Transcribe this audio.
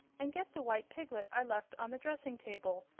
and get the white piglet i left on the dressing-table.